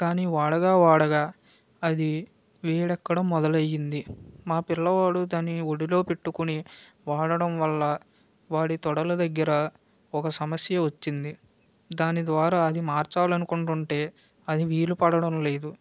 కానీ వాడగా వాడగా అది వేడి ఎక్కడం మొదలు అయ్యింది మా పిల్లవాడు దాని ఒడిలో పెట్టుకుని వాడడం వల్ల వాడి తొడల దగ్గర ఒక సమస్య వచ్చింది దాని ద్వారా అది మార్చాలి అనుకుంటు ఉంటే అది వీలు పడడం లేదు